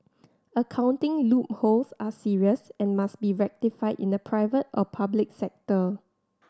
accounting loopholes are serious and must be rectified in the private or public sector